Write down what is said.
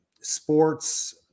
sports